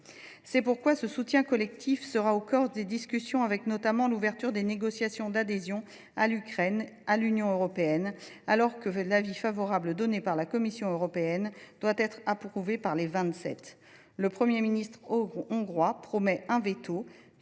C’est pourquoi ce soutien collectif sera au cœur des discussions, avec notamment l’ouverture de négociations d’adhésion de l’Ukraine à l’Union européenne. Alors que l’avis favorable donné par la Commission européenne doit être approuvé par les Vingt Sept, le Premier ministre hongrois promet un veto,